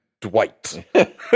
Dwight